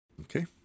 okay